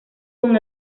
con